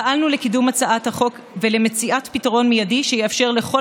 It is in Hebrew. פעלנו לקידום הצעת החוק ולמציאת פתרון מיידי שיאפשר לכל